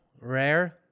Rare